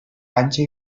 hantxe